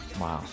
Wow